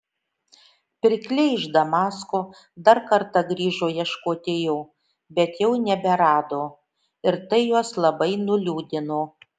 pirkliai iš damasko dar kartą grįžo ieškoti jo bet jau neberado ir tai juos labai nuliūdino